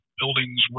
buildings